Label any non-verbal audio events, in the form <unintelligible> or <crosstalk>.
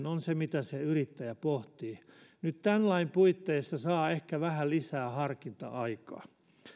<unintelligible> on se mitä se yrittäjä pohtii nyt tämän lain puitteissa saa ehkä vähän lisää harkinta aikaa